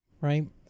right